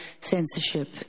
censorship